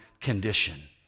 condition